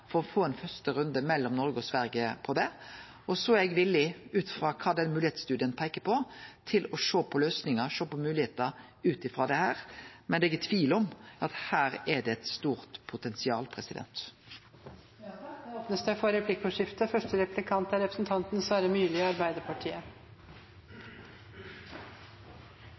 for ein første runde mellom Noreg og Sverige om det. Og så er eg villig, ut frå kva den moglegheitsstudien peikar på, til å sjå på løysingar og moglegheiter ut frå det. Men det er ikkje tvil om at her er det eit stort potensial. Det blir replikkordskifte.